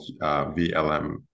vlm